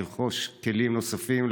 לרכוש כלים נוספים,